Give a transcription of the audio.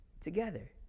together